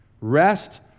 Rest